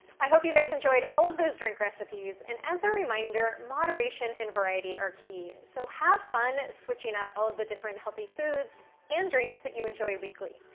i hope you guys enjoyed all of those drink recipes and as a reminder, moderation and variety are key. so have fun switching up all of the different healthy foods and drinks that you enjoy weekly.